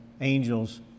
angels